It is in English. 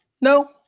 No